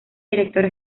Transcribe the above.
director